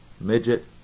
midget